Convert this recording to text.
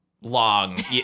long